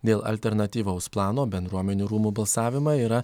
dėl alternatyvaus plano bendruomenių rūmų balsavimą yra